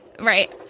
right